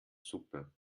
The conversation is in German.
suppe